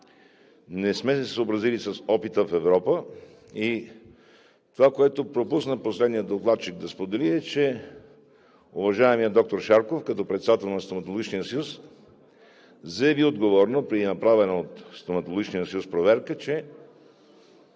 не сме се съобразили с опита в Европа. И това, което пропусна последният докладчик да сподели, е, че уважаемият доктор Шарков като председател на Стоматологичния съюз заяви отговорно, при направена от Стоматологичния съюз проверка, че